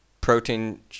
protein